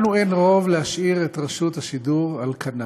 לנו אין רוב להשאיר את רשות השידור על כנה.